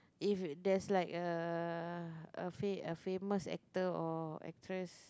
if there's like a a fa~ a famous actor or actress